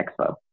expo